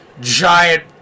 giant